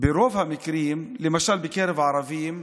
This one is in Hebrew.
ברוב המקרים, למשל בקרב הערבים,